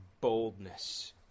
boldness